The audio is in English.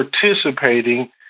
participating